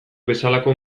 bezalako